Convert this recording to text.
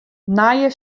nije